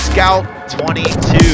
Scout22